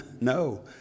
No